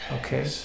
Okay